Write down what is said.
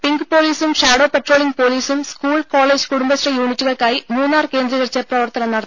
pink പൊലീസും shadow patrolling പൊലീസും school college Kudumbashree യൂണിറ്റുകൾക്കായി മൂന്നാർ കേന്ദ്രീകരിച്ച് പ്രവർത്തനം നടത്തിവരികയാണ്